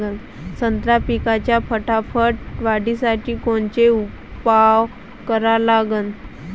संत्रा पिकाच्या फटाफट वाढीसाठी कोनचे उपाव करा लागन?